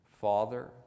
Father